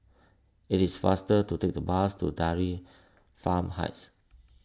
it is faster to take the bus to Dairy Farm Heights